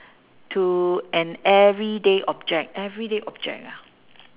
to an everyday object everyday object ah